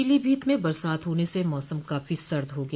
पीलीभीत में बरसात होने से मौसम काफी सर्द हो गया